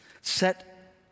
set